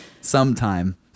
Sometime